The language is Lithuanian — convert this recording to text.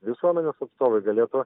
visuomenės atstovai galėtų